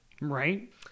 right